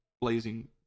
blazing